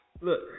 Look